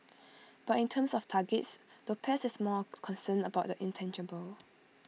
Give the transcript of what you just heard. but in terms of targets Lopez is more concerned about the intangible